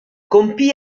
compì